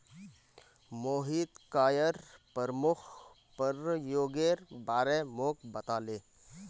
Mohit coir प्रमुख प्रयोगेर बारे मोक बताले